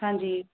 ਹਾਂਜੀ